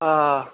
آ